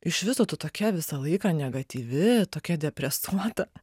iš viso tu tokia visą laiką negatyvi tokia depresuota